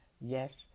Yes